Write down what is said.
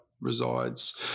resides